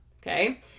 okay